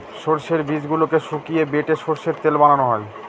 সর্ষের বীজগুলোকে শুকিয়ে বেটে সর্ষের তেল বানানো হয়